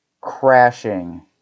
crashing